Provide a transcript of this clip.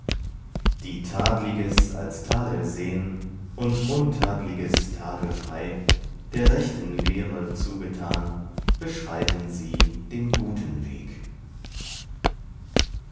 die tadliges als tadel sehn und untadliges tadelfrei der rechten lehre zugetan beschreiten sie den guten weg